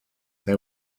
they